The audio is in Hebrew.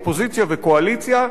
אופוזיציה וקואליציה,